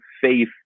faith